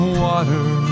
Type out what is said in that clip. water